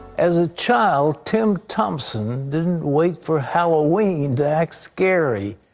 as a child, tim thomson didn't wait for halloween to act scary.